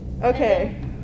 okay